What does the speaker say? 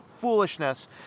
foolishness